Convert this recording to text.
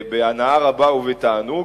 בהנאה רבה ובתענוג.